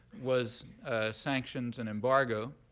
was sanctions and embargo.